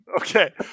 Okay